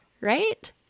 right